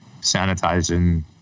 sanitizing